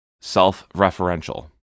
self-referential